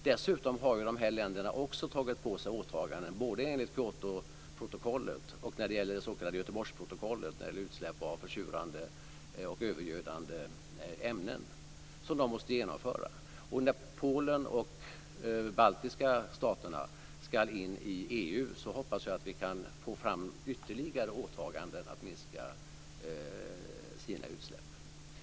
Dessutom har dessa länder gjort åtaganden både enligt Kyotoprotokollet och enligt det s.k. Göteborgsprotokollet när det gäller utsläpp av försurande och övergödande ämnen. När Polen och de baltiska staterna ska gå med i EU hoppas jag att vi kan få fram ytterligare åtaganden om att minska utsläppen.